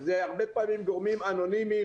אלה הרבה פעמים גורמים אנונימיים,